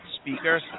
speaker